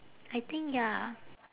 I think ya